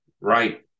right